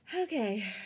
Okay